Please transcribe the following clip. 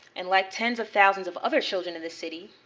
and like tens of thousands of other children in the city,